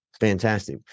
Fantastic